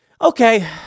okay